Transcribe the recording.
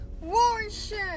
warship